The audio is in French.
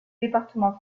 département